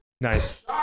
Nice